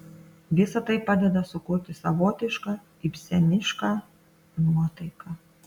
visa tai padeda sukurti savotišką ibsenišką nuotaiką